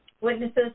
Witnesses